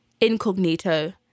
incognito